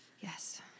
Yes